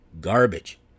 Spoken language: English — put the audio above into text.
Garbage